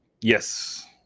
yes